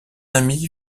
ami